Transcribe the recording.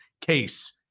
case